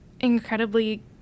incredibly